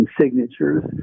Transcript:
signatures